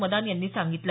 मदान यांनी सांगितलं